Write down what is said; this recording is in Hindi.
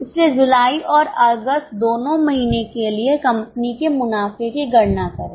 इसलिए जुलाई और अगस्त दोनों महीनों के लिए कंपनी के मुनाफे की गणना करें